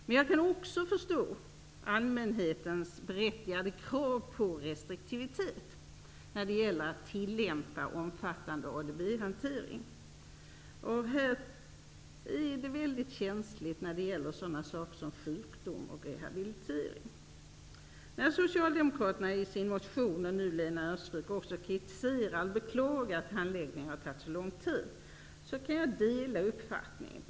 Men jag kan också förstå allmänhetens berättigade krav på restriktivitet när det gäller att utnyttja omfattande ADB-hantering. Det är mycket känsligt i fråga om sådana saker som sjukdom och rehabilitering. ocialdemokraterna, och också Lena Öhrsvik, riktar kritik, och de beklagar i sin motion att handläggningen har tagit så lång tid. Jag kan dela den uppfattningen.